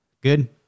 Good